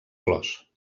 flors